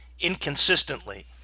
inconsistently